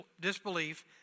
disbelief